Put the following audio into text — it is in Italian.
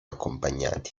accompagnati